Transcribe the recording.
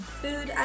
food